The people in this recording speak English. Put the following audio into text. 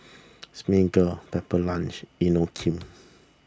Smiggle Pepper Lunch Inokim